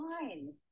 fine